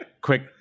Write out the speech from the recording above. quick